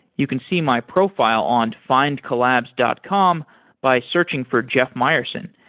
you can see my profile on findcollabs dot com by searching for jeff mayerson.